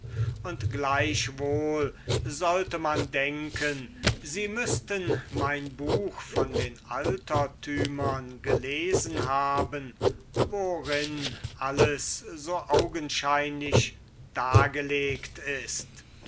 und gleichwohl sollte man denken sie müßten mein buch von den altertümern gelesen haben worin alles so augenscheinlich dargelegt ist